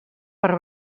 per